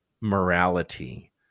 morality